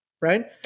right